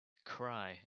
cry